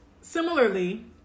Similarly